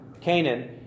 Canaan